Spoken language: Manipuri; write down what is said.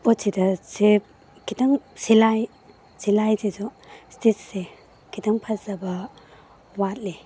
ꯄꯣꯠꯁꯤꯗ ꯈꯤꯇꯪ ꯁꯤꯂꯥꯏ ꯁꯤꯂꯥꯏꯁꯤꯁꯨ ꯁ꯭ꯇꯤꯁꯁꯦ ꯈꯤꯇꯪ ꯐꯖꯕ ꯋꯥꯠꯂꯤ